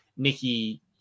Nikki